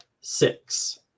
six